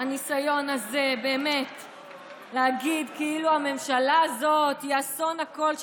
הניסיון הזה להגיד כאילו הממשלה הזאת היא אסון לכול,